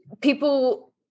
people